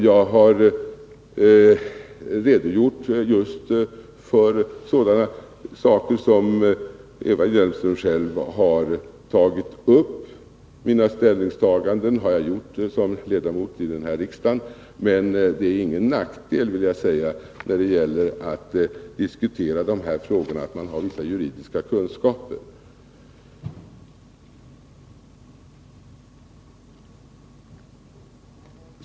Jag har redogjort just för sådana saker som Eva Hjelmström själv har tagit upp. Mina ställningstaganden har jag gjort som ledamot av riksdagen, men det är ingen nackdel, vill jag säga, när det gäller att diskutera dessa frågor, att man har vissa juridiska kunskaper.